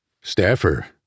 Staffer